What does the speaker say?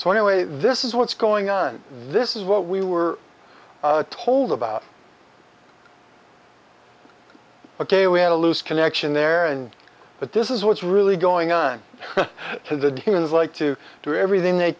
so anyway this is what's going on this is what we were told about ok we had a loose connection there but this is what's really going on so the germans like to do everything they